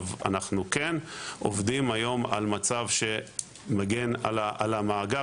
אנחנו כן עובדים היום על מצב שמגן על המאגר.